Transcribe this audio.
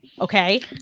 Okay